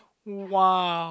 !wow!